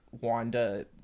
Wanda